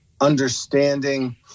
understanding